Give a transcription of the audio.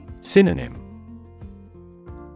Synonym